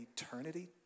eternity